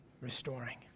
restoring